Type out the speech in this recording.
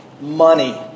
money